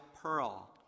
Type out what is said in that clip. Pearl